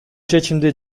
чечимди